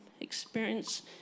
experience